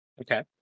Okay